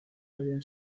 habían